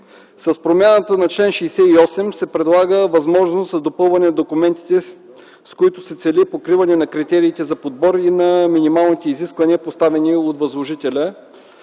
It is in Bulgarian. С промяната на чл. 68 се предлага възможност за допълване на документите, с които се цели покриване на критериите за подбор и на минималните изисквания, поставени от възложителя.